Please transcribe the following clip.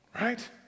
Right